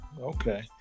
Okay